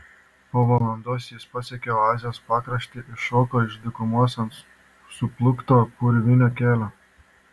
po valandos jis pasiekė oazės pakraštį iššoko iš dykumos ant suplūkto purvino kelio